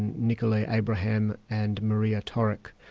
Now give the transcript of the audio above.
and nicolas abraham and maria torok,